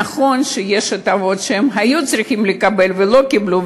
נכון שיש הטבות שהם היו צריכים לקבל ולא קיבלו,